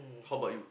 how about you